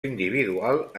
individual